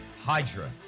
Hydra